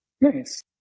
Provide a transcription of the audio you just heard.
Nice